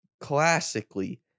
Classically